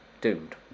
doomed